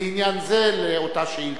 לעניין זה, לאותה שאילתא.